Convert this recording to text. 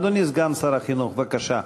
אדוני סגן שר החינוך, בבקשה.